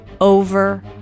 over